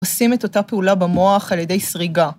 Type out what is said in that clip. ‫עושים את אותה פעולה במוח ‫על ידי סריגה.